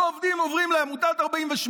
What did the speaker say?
לא עוברים לעמותת 48,